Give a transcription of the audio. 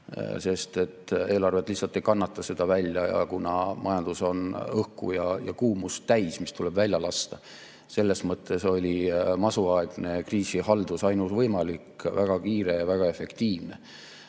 sest eelarved lihtsalt ei kannata seda välja. Majandus on täis õhku ja kuumust, mis tuleb välja lasta. Selles mõttes oli masuaegne kriisi haldamine ainus võimalik, väga kiire ja väga efektiivne